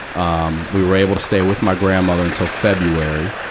um, we were able to stay with my grandmother until february,